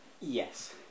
yes